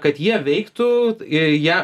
kad jie veiktų ir ją